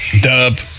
Dub